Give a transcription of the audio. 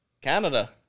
Canada